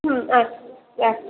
হুম আচ্ছা রাখ